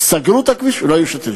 סגרו את הכביש ולא היו "שאטלים".